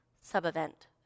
sub-event